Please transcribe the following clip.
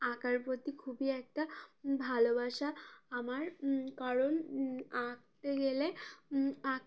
আঁকার প্রতি খুবই একটা ভালোবাসা আমার কারণ আঁকতে গেলে আঁক